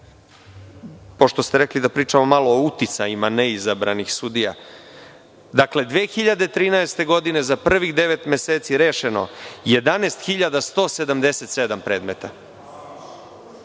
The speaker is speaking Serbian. pošto ste rekli da pričamo malo o uticajima neizabranih sudija, dakle, 2013. godine za prvih devet meseci rešeno je 11.177 predmeta.